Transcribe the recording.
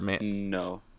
No